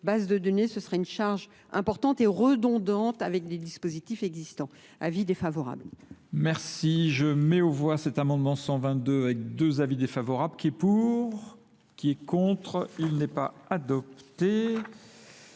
base de données, ce serait une charge importante et redondante avec des dispositifs existants. Avis défavorables. Merci. Je mets au voie cet amendement 122 avec deux avis défavorables. Qui est pour ? Qui est contre ? Il n'est pas adopté.